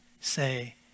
say